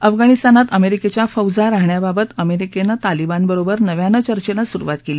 अफगाणिस्तानात अमेरिकेच्या फौजा राहण्याबाबत अमेरिकेने तालिबानबरोबर नव्यानं चर्चेला सुरुवात केली